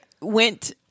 went